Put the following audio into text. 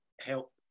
help